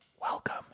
welcome